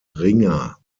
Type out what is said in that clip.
ringer